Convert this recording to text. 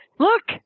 Look